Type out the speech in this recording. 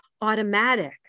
automatic